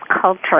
culture